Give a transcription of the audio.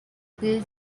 peel